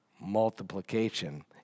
multiplication